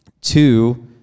two